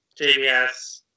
JBS